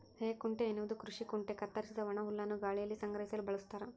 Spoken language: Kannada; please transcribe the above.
ಹೇಕುಂಟೆ ಎನ್ನುವುದು ಕೃಷಿ ಕುಂಟೆ ಕತ್ತರಿಸಿದ ಒಣಹುಲ್ಲನ್ನು ಗಾಳಿಯಲ್ಲಿ ಸಂಗ್ರಹಿಸಲು ಬಳಸ್ತಾರ